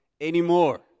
anymore